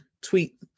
tweet